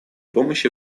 помощи